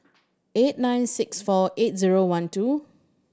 eight nine six four eight zero one two